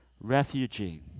Refugee